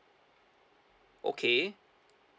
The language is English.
okay